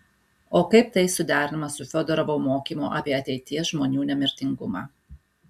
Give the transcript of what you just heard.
o kaip tai suderinama su fiodorovo mokymu apie ateities žmonių nemirtingumą